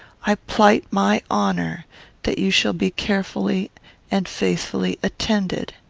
i plight my honour that you shall be carefully and faithfully attended